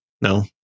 no